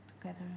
together